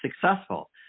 successful